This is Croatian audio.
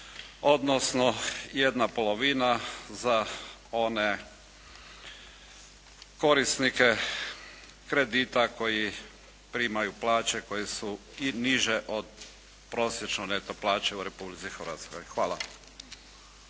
odnosno jedna polovina za one korisnike kredita koji primaju plaće koje su i niže od prosječne neto plaće u Republici Hrvatskoj. Hvala.